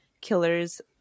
killers